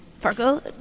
Fargo